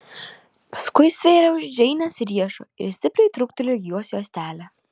paskui stvėrė už džeinės riešo ir stipriai trūktelėjo jos juostelę